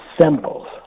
symbols